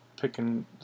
picking